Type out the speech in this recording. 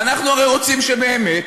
ואנחנו הרי רוצים שבאמת,